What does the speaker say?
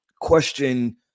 question